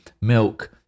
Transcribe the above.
milk